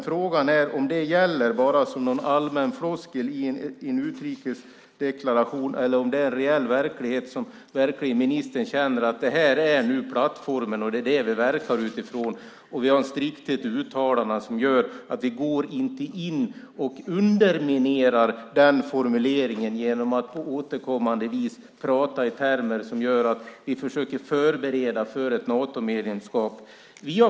Frågan är om det gäller bara som en allmän floskel i en utrikesdeklaration eller om det är en reell verklighet som ministern känner är plattformen, att det är utifrån den vi verkar och att vi har en strikthet i uttalandena som gör att vi inte går in och underminerar den formuleringen genom att återkommande prata i termer som gör att vi försöker förbereda för ett Natomedlemskap.